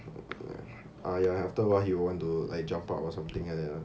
ah ya after a while he will want to like jump out or something like that